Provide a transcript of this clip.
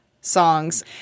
songs